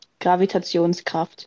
Gravitationskraft